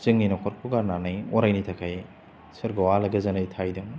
जोंनि नख'रखौ गारनानै अराइनि थाखाय सोर्गोयाव आलो गोजोनै थाहैदों